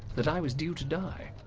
that i was due to die.